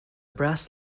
brass